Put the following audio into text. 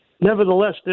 Nevertheless